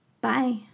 Bye